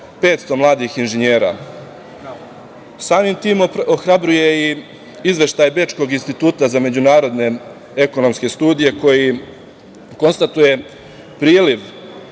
500 mladih inženjera. Samim tim ohrabruje i Izveštaj Bečkog instituta za međunarodne ekonomske studije koji konstatuje priliv